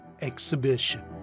exhibition